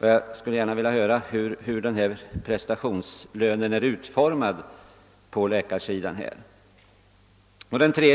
Jag skulle gärna vilja höra hur denna prestationslön är utformad. 3.